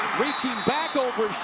reaching back over